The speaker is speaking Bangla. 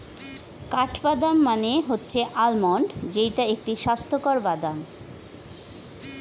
কাঠবাদাম মানে হচ্ছে আলমন্ড যেইটা একটি স্বাস্থ্যকর বাদাম